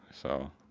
so